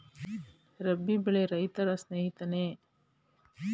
ರಾಬಿ ಬೆಳೆ ರೈತರ ಸ್ನೇಹಿತನೇ?